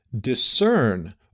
discern